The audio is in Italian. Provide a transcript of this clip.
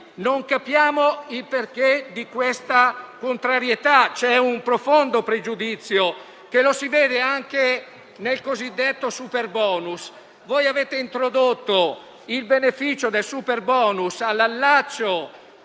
Non capiamo dunque i motivi di questa contrarietà: c'è un profondo pregiudizio, che si vede anche nel cosiddetto superbonus. Avete infatti introdotto il beneficio del superbonus per l'allaccio